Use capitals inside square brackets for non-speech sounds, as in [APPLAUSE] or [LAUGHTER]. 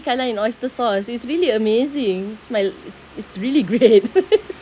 kailan in oyster sauce it's really amazing smell it's it's really great [LAUGHS]